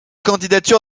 candidature